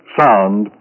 sound